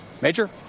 Major